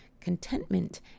contentment